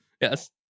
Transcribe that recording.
Yes